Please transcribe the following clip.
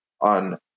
on